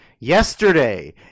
Yesterday